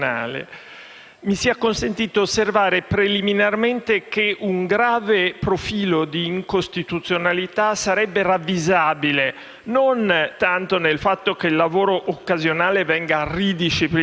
Mi sia consentito di osservare preliminarmente che un grave profilo di incostituzionalità sarebbe ravvisabile non tanto nel fatto che il lavoro occasionale venga ridisciplinato,